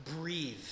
breathe